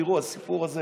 תראו, הסיפור הזה